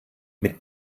mit